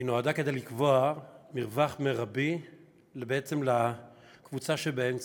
נועדה לקבוע מרווח מרבי בעצם לקבוצה שבאמצע.